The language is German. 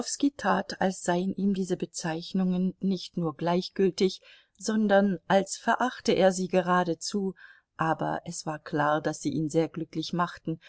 tat als seien ihm diese bezeichnungen nicht nur gleichgültig sondern als verachte er sie geradezu aber es war klar daß sie ihn sehr glücklich machten